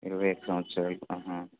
ఇరవై సంవత్సరాలు